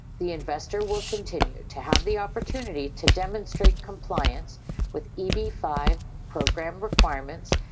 the investor will continue to have the opportunity to demonstrate compliance with eb five program requirements,